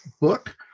book